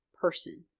person